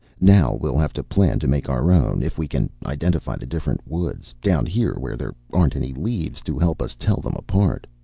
now we'll have to plan to make our own if we can identify the different woods, down here where there aren't any leaves to help us tell them apart.